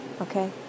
okay